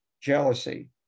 jealousy